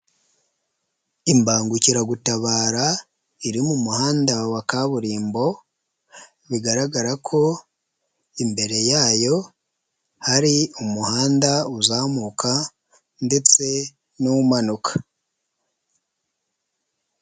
Imbangukiragutabara iri mu muhanda wa kaburimbo, bigaragara ko imbere yayo hari umuhanda uzamuka ndetse n'umanuka.